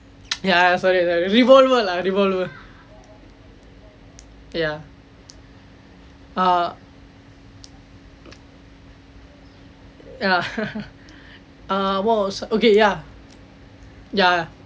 ya ya sorry sorry revolver lah revolver yah ah ah ah boss okay ya ya ya